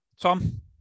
Tom